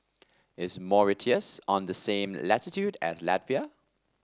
is Mauritius on the same latitude as Latvia